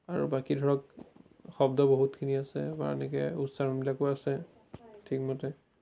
আৰু বাকী ধৰক শব্দ বহুতখিনি আছে বা এনেকৈ উচ্চাৰণবিলাকো আছে ঠিক মতে